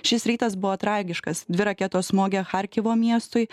šis rytas buvo tragiškas dvi raketos smogė charkivo miestui